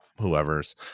whoever's